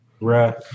Right